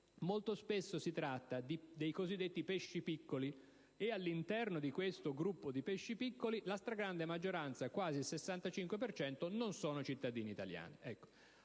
scopre che si tratta dei cosiddetti pesci piccoli e che, all'interno di questo gruppo di pesci piccoli, la stragrande maggioranza, quasi il 65 per cento, non sono cittadini italiani.